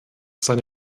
seine